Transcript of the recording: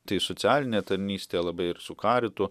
tai socialinė tarnystė labai ir su karitu